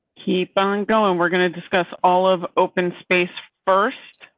keep on going we're going to discuss all of open space. first.